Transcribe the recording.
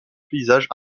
paysage